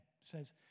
says